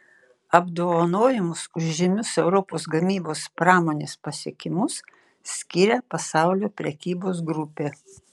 apdovanojimus už žymius europos gamybos pramonės pasiekimus skiria pasaulio prekybos grupė